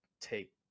take